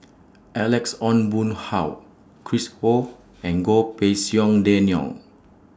Alex Ong Boon Hau Chris Ho and Goh Pei Siong Daniel